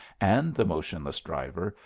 and the motionless driver,